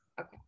Okay